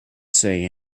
say